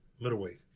middleweight